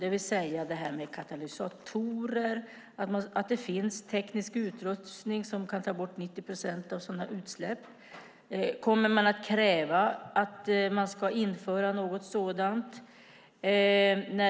Det handlar om det här med katalysatorer, att det finns teknisk utrustning som kan ta bort 90 procent av sådana utsläpp. Kommer man att kräva att det ska införas något sådant?